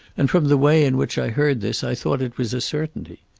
and from the way in which i heard this i thought it was a certainty.